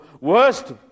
worst